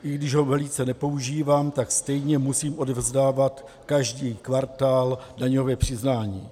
I když ho velice nepoužívám, tak stejně musím odevzdávat každý kvartál daňové přiznání.